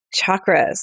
chakras